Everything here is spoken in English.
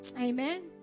Amen